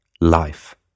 life